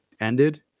ended